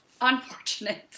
Unfortunate